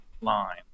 line